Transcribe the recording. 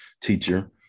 teacher